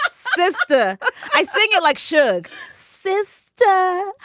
but sister. i sing it like sugar sister.